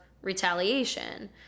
retaliation